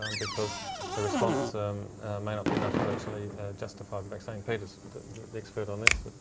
um because the response may not be enough to actually justify the vaccine. peter's the expert on this.